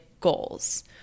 goals